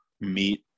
meet